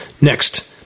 Next